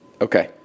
Okay